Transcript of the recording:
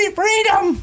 freedom